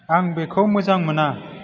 आं बेखौ मोजां मोना